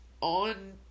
on